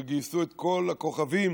וגייסו את כל הכוכבים